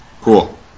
Cool